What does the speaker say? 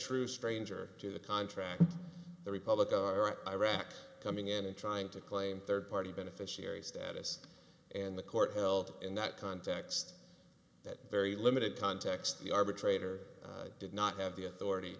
true stranger to the contract the republic are iraq coming in and trying to claim third party beneficiary status and the court held in that context that very limited context the arbitrator did not have the authority